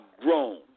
grown